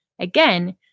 Again